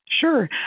Sure